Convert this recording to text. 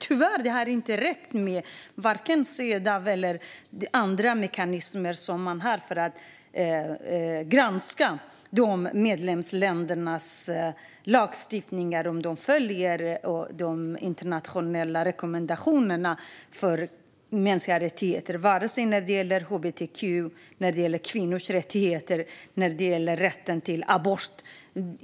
Tyvärr har det inte räckt med vare sig Cedaw eller andra mekanismer som man har för att granska om medlemsländernas lagstiftningar följer de internationella rekommendationerna när det gäller mänskliga rättigheter, hbtq, kvinnors rättigheter och rätten till abort.